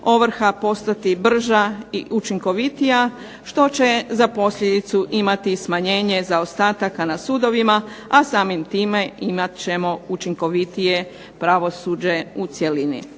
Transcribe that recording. ovrha postati brža i učinkovitija što će za posljedicu imati i smanjenje zaostataka na sudovima, a samim time imat ćemo učinkovitije pravosuđe u cjelini.